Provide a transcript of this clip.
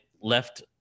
left